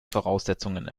voraussetzungen